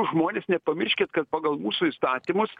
žmones nepamirškit kad pagal mūsų įstatymus